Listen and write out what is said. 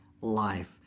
life